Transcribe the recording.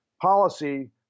policy